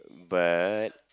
but